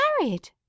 married